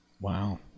Wow